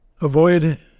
avoid